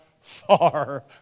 far